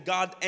God